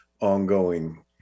ongoing